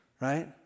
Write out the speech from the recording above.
right